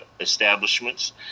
establishments